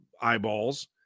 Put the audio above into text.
eyeballs